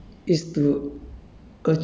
for a monk is to